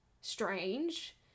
strange